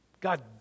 God